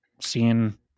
seeing